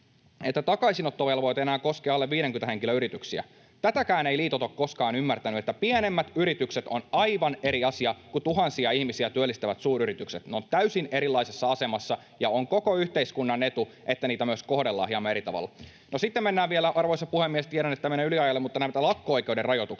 ”Takaisinottovelvoite ei enää koske alle 50 henkilön yrityksiä.” Tätäkään eivät liitot ole koskaan ymmärtäneet, että pienemmät yritykset ovat aivan eri asia kuin tuhansia ihmisiä työllistävät suuryritykset. Ne ovat täysin erilaisessa asemassa, ja on koko yhteiskunnan etu, että niitä myös kohdellaan hieman eri tavalla. Sitten mennään vielä — arvoisa puhemies, tiedän, että tämä menee yliajalle — lakko-oikeuden rajoituksiin.